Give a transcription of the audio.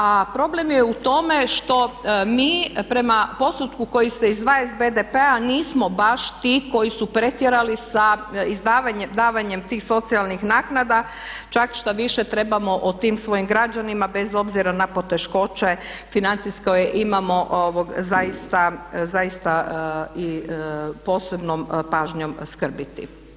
A problem je u tome što mi prema postotku koji se izdvaja iz BDP-a nismo baš ti koji su pretjerali sa davanjem tih socijalnih naknada čak štoviše trebamo o tim svojim građanima bez obzira na poteškoće financijske imamo zaista i posebnom pažnjom skrbiti.